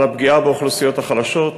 על הפגיעה באוכלוסיות החלשות,